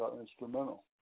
instrumental